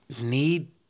need